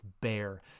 bare